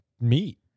meat